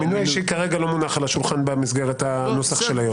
המינוי האישי כרגע לא מונח על השולחן במסגרת הנוסח של היום.